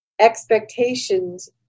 Expectations